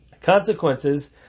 consequences